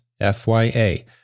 FYA